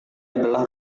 adalah